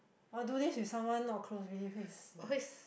!wah! do this with someone not close really very